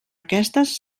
aquestes